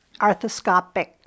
arthroscopic